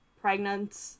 pregnant